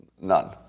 none